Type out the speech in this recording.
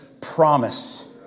promise